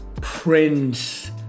Prince